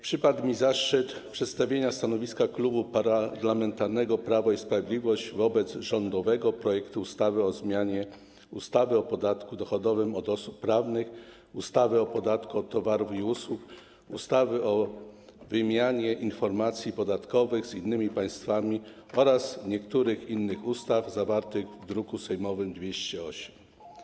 Przypadł mi zaszczyt przedstawienia stanowiska Klubu Parlamentarnego Prawo i Sprawiedliwość wobec rządowego projektu ustawy o zmianie ustawy o podatku dochodowym od osób prawnych, ustawy o podatku od towarów i usług, ustawy o wymianie informacji podatkowych z innymi państwami oraz niektórych innych ustaw zawartego w druku sejmowym nr 208.